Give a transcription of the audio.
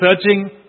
searching